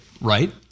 right